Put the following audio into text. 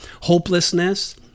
hopelessness